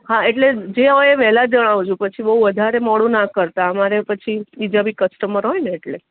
હા એટલે જે હોય એ વહેલાં જણાવજો પછી બહુ વધારે મોડું ના કરતા અમારે પછી બીજા બી કસ્ટમર હોય ને એટલે